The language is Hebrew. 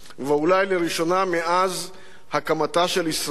ואולי לראשונה מאז הקמתה של ישראל,